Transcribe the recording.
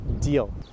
deal